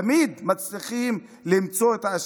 תמיד מצליחים למצוא את האשם.